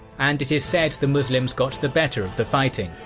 and it is said the muslims got the better of the fighting,